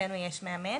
אצלנו יש מאמן,